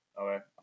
Okay